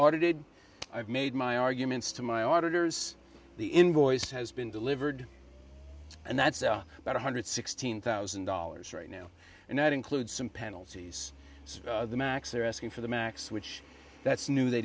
audited i've made my arguments to my auditors the invoice has been delivered and that's about one hundred sixteen thousand dollars right now and that includes some penalties the max they're asking for the max which that's new they